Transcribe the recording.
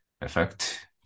effect